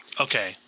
Okay